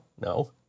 No